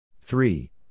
three